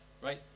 right